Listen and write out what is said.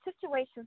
situations